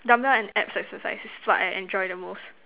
dumbbell and abs exercise is what I enjoy the most